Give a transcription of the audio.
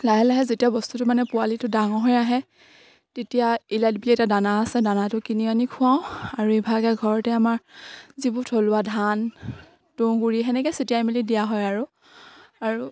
লাহে লাহে যেতিয়া বস্তুটো মানে পোৱালিটো ডাঙৰ হৈ আহে তেতিয়া ইলাত বুলি এটা দানা আছে দানাটো কিনি আনি খুৱাওঁ আৰু ইভাগে ঘৰতে আমাৰ যিবোৰ থলুৱা ধান তুঁহ গুড়ি এনেকে চটিয়াই মেলি দিয়া হয় আৰু